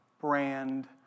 brand